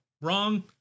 wrong